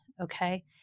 Okay